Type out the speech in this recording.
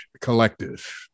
Collective